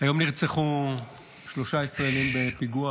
היום נרצחו שלושה ישראלים בפיגוע